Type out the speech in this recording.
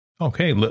Okay